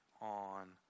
on